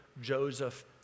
Joseph